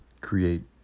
create